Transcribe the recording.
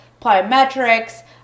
plyometrics